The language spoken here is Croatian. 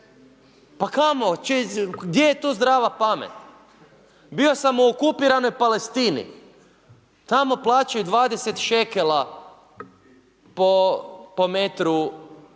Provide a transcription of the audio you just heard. Pa kamo, gdje je tu zdrava pamet? Bio sam u okupiranoj Palestini. Tamo plaćaju 20 šekela po metru